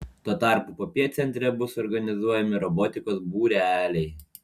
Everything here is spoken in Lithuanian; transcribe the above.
tuo tarpu popiet centre bus organizuojami robotikos būreliai